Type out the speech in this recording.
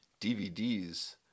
DVDs